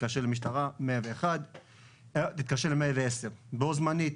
תתקשר למשטרה 110. בו-זמנית,